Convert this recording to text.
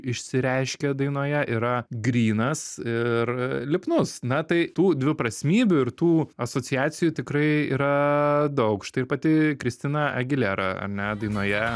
išsireiškė dainoje yra grynas ir lipnus na tai tų dviprasmybių ir tų asociacijų tikrai yra daug štai ir pati kristina agilera ar ne dainoje